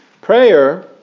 Prayer